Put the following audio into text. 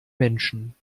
menschen